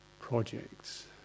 Projects